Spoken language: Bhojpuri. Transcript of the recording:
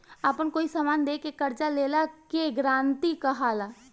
आपन कोई समान दे के कर्जा लेला के गारंटी कहला